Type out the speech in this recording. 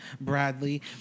Bradley